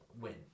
win